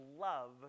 love